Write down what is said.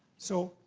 so,